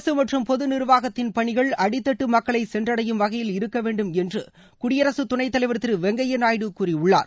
அரசு மற்றும் பொது நிர்வாகத்தின் பணிகள் அடித்தட்டு மக்களை சென்றடையும் வகையில் இருக்க வேண்டும் என்று குடியரசுத் துணைத் தலைவர் திரு வெங்கைப்யா நாயுடு கூறியுள்ளார்